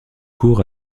court